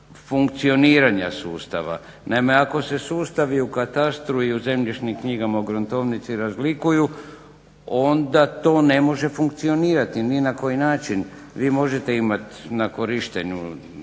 Naime, ako se sustavi u katastru i u zemljišnim knjigama, u gruntovnici razlikuju onda to ne može funkcionirati ni na koji način. Vi možete imat na korištenju